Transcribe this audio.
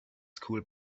school